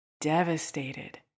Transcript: Devastated